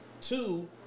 Two